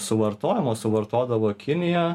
suvartojimo suvartodavo kinija